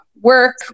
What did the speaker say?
work